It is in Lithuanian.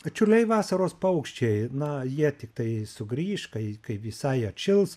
čiurliai vasaros paukščiai na jie tiktai sugrįš kai kai visai atšils